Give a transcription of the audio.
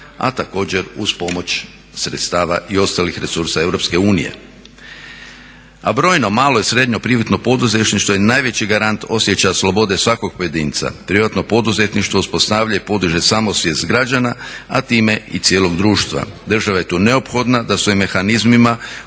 a također uz pomoć sredstava i ostalih resursa Europske unije. A brojno, malo i srednje privatno poduzetništvo je najveći garant osjećaja slobode svakog pojedinca. Privatno poduzetništvo uspostavlja i podiže samosvijest građana a time i cijelog društva. Država je tu neophodna da svojim mehanizmima